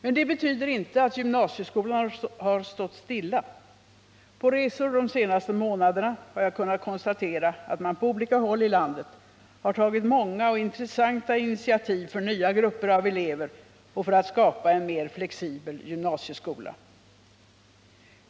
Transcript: Men det betyder inte att gymnasieskolan har stått stilla. På resor de senaste månaderna har jag kunnat konstatera att man på olika håll i landet har tagit många och intressanta initiativ för nya grupper av elever och för att skapa en mer flexibel gymnasieskola.